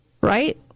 right